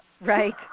Right